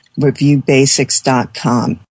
ReviewBasics.com